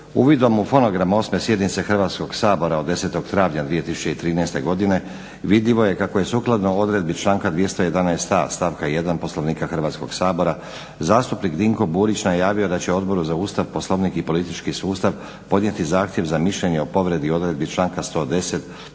Uvidom u fonogram osme sjednice Hrvatskog sabora od 10. travnja 2013. godine vidljivo je kako je sukladno odredbi članka 211. a stavka 1. Poslovnika Hrvatskog sabora zastupnik Dinko Burić najavio da će Odboru za Ustav, Poslovnik i politički sustav podnijeti zahtjev za mišljenje o povredi odredbi članka 110.,